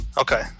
okay